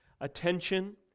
attention